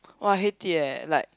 !wah! I hate it eh like